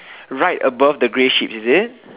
right above the grey sheeps is it